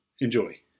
enjoy